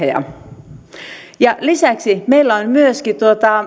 ja määriteltyjä suojelualueita lisäksi meillä on myöskin